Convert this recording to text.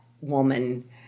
woman